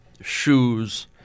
shoes